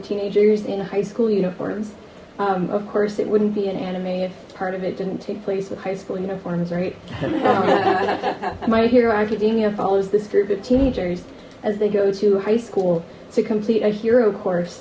teenagers in high school uniforms of course it wouldn't be an anime if part of it didn't take place with high school uniforms right my hero academia follows this group of teenagers as they go to high school to complete a hero course